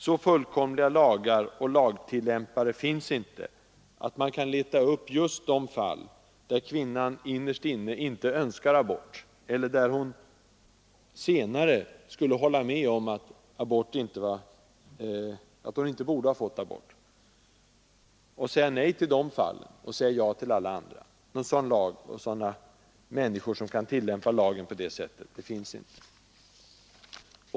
Så fullkomliga lagar och lagtillämpare finns inte, att man kan leta upp just de fall där kvinnan innerst inne inte önskar abort, eller där hon senare skulle hålla med om att hon inte borde ha fått abort, och säga nej till dessa fall och ja till alla andra. Någon sådan lag, och några människor som kan tillämpa lagen på det sättet, finns inte.